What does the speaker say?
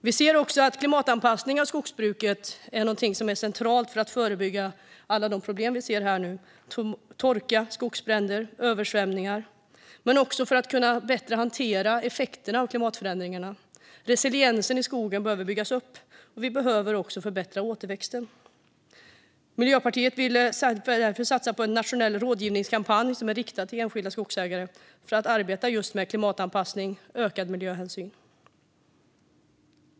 Vi ser också att klimatanpassning av skogsbruket är centralt för att förebygga alla de problem vi ser i form av torka, skogsbränder och översvämningar, liksom för att kunna bättre hantera effekterna av klimatförändringarna. Resiliensen i skogen behöver byggas upp, och vi behöver förbättra återväxten. Miljöpartiet vill därför satsa på en nationell rådgivningskampanj riktad till enskilda skogsägare för att arbeta just med klimatanpassning och ökad miljöhänsyn.